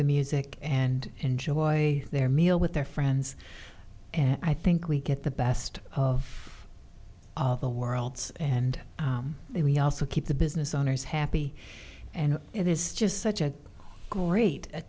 the music and enjoy their meal with their friends and i think we get the best of the worlds and we also keep the business owners happy and it is just such a great